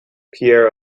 pierre